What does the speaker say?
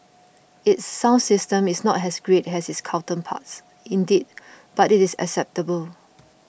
its sound system is not has great has its counterparts indeed but it is acceptable